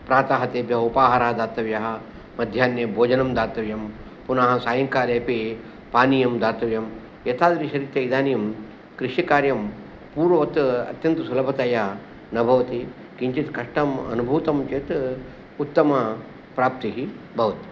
प्रातः तेभ्यः उपाहारः दातव्यः मध्याह्ने भोजनं दातव्यं पुनः सायङ्कालेपि पानीयं दातव्यम् एतादृशरीत्या इदानीं कृषिकार्यं पूर्ववत् अत्यन्तसुलभतया न भवति किञ्चित् कष्टम् अनुभूतं चेत् उत्तमप्राप्तिः भवति